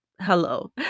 hello